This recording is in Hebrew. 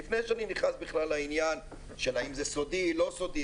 לפני שאני נכנס בכלל לעניין של האם זה סודי או לא סודי,